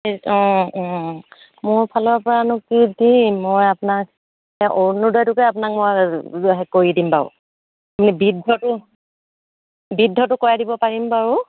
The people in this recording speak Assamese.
এই অঁ অঁ মোৰ ফালৰ পৰানো কি দিম মই আপোনাক অৰুণোদয়টোকে আপোনাক মই কৰি দিম বাৰু মানে বৃদ্ধটো বৃদ্ধটো কৰাই দিব পাৰিম বাৰু